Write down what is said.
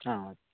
ആ